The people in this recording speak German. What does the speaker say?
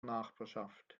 nachbarschaft